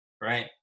right